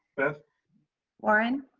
beth warren?